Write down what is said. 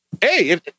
Hey